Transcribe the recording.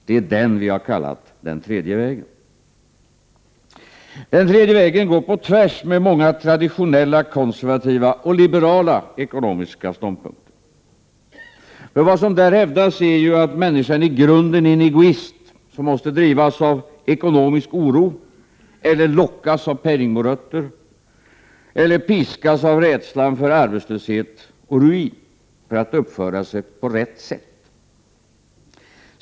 Det är den vi har kallat den tredje vägen. Den tredje vägen går på tvärs med många traditionella konservativa och liberala ekonomiska ståndpunkter. Vad som där hävdas är ju att människan i grunden är en egoist som måste drivas av ekonomisk oro, lockas av penningmorötter eller piskas av rädslan för arbetslöshet och ruin för att uppföra sig på rätt sätt.